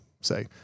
say